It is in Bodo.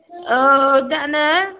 औ जानो